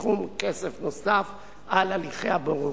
סכום כסף נוסף על הליכי הבוררות.